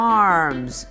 arms